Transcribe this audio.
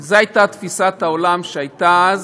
כי זו הייתה תפיסת העולם שהייתה אז.